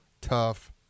tough